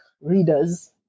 readers